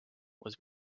was